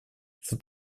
что